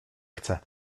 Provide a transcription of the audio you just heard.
chce